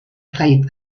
played